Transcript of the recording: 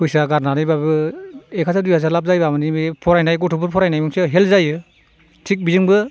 फैसा गारनानैबाबो एक हाजार दुइ हाजार लाप जायोबा माने बे फरायनाय गथ'फोर फरायनाय मोनसे हेल्प जायो थिग बेजोंबो